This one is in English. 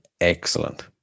excellent